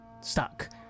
stuck